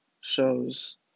shows